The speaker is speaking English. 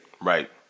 Right